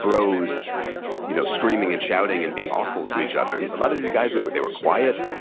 bros you know screaming, and shouting, and being awful to each other. and a lot of these guys, they were they were quiet.